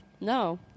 No